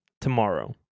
tomorrow